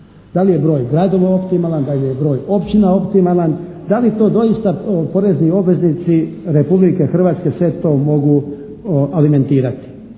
da li je broj gradova optimalan, da li je broj općina optimalan, da li to doista porezni obveznici Republike Hrvatske sve to mogu alimentirati.